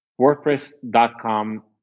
WordPress.com